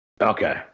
Okay